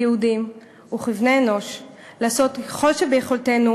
כיהודים וכבני-אנוש לעשות ככל שביכולתנו